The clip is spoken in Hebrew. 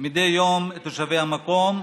מדי יום תושבי המקום,